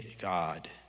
God